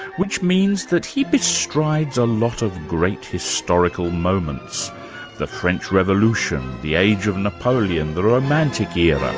which means that he bestrides a lot of great historical moments the french revolution, the age of napoleon, the romantic era.